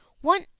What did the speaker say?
One